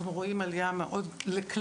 אנחנו רואים בכלל,